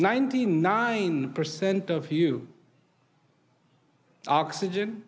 ninety nine percent of you oxygen